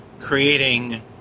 Creating